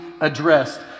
addressed